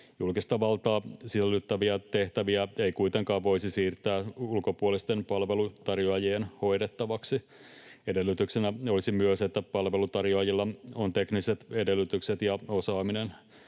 Julkista valtaa sisältäviä tehtäviä ei kuitenkaan voisi siirtää ulkopuolisten palveluntarjoajien hoidettavaksi. Edellytyksenä olisi myös, että palveluntarjoajilla on tekniset edellytykset ja osaaminen